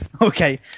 okay